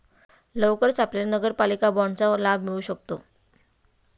लवकरच आपल्याला नगरपालिका बाँडचा लाभ मिळू शकतो